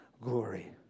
glory